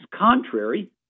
contrary